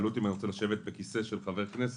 שאלו אותי אם אני רוצה לשבת בכיסא של חבר כנסת,